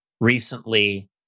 recently